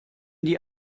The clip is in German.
die